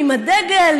עם הדגל?